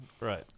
Right